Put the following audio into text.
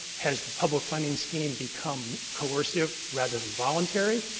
has the public funding scheme become coercive rather than voluntary?